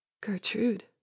Gertrude